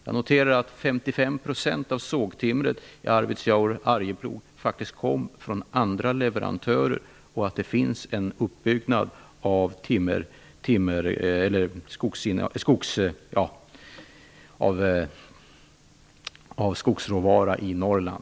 Jag noterar att 55 % av sågtimret i Arvidsjaur/Arjeplog faktiskt kommer från andra leverantörer och att det finns en uppbyggnad av skogsråvara i Norrland.